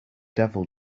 devil